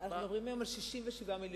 אנחנו מדברים היום על 67 מיליון,